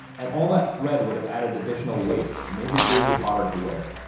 and all that thread would have added additional weight and made the jersey hotter to wear.